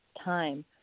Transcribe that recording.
time